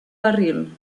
barril